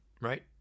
right